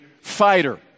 fighter